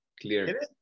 Clear